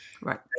Right